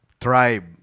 tribe